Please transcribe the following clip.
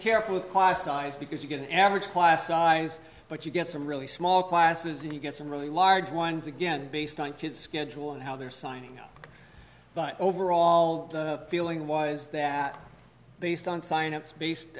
careful with class size because you get an average class size but you get some really small classes and you get some really large ones again based on kid schedule and how they're signing up but overall feeling was that based on science based